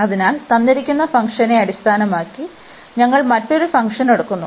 അതിനാൽ തന്നിരിക്കുന്ന ഫംഗ്ഷനെ അടിസ്ഥാനമാക്കി ഞങ്ങൾ മറ്റൊരു ഫംഗ്ഷൻ എടുക്കുന്നു